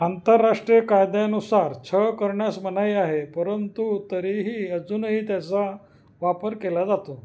आंतरराष्ट्रीय कायद्यानुसार छळ करण्यास मनाई आहे परंतु तरीही अजूनही त्याचा वापर केला जातो